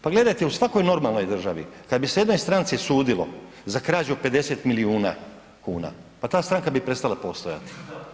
Pa gledajte u svakoj normalnoj državi kad bi se jednoj stranci sudilo za krađu 50 milijuna kuna pa ta stranka bi prestala postojati.